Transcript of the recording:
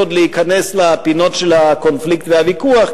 עוד בלי להיכנס לפינות של הקונפליקט והוויכוח.